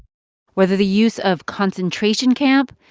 whether the use of concentration camp,